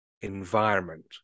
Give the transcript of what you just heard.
environment